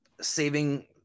saving